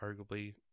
arguably